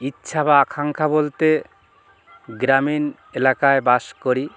ইচ্ছা বা আখাঙ্ক্ষা বলতে গ্রামীণ এলাকায় বাস করি